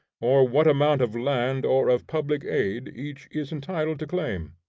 or what amount of land or of public aid, each is entitled to claim.